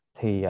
thì